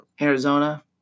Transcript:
Arizona